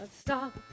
Stop